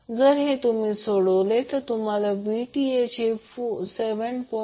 जर तुम्ही हे सोडवले तुम्हाला Vth हे 7